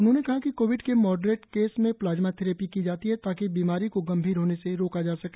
उन्होंने कहा कि कोविड के मॉडरेट केस में प्लाज्मा थेरेपी की जाती है ताकि बीमारी को गंभीर होने से रोका जा सके